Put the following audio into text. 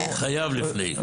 חייב לפני.